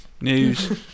News